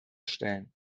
stellen